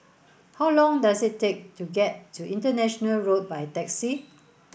how long does it take to get to International Road by taxi